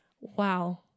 Wow